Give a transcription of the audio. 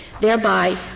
Thereby